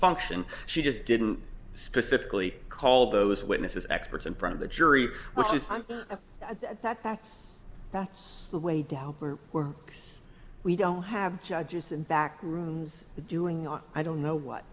function she just didn't specifically call those witnesses experts in front of the jury which is that that's that's the way down or were we don't have judges in back rooms doing i don't know what